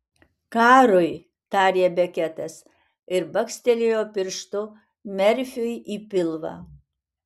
karui tarė beketas ir bakstelėjo pirštu merfiui į pilvą